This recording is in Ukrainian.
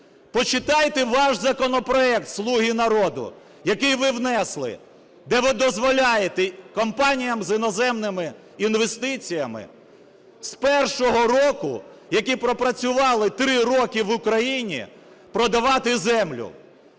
Почитайте ваш законопроект, "Слуги народу", який ви внесли, де ви дозволяєте компаніям з іноземними інвестиціями з першого року, які пропрацювали 3 роки в Україні, продавати землю.